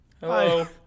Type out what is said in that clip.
Hello